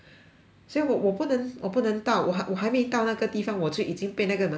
所以我我不能我不能到我还我还没到那个地方我就已经被那个门卡住了